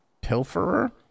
pilferer